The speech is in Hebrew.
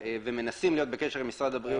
ומנסים להיות בקשר עם משרד הבריאות,